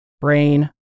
Brain